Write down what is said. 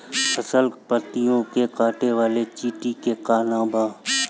फसल पतियो के काटे वाले चिटि के का नाव बा?